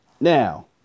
Now